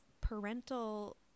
parental